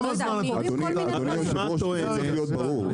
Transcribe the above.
אדוני היושב-ראש, זה צריך להיות ברור.